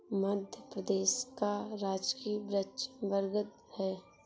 मध्य प्रदेश का राजकीय वृक्ष बरगद है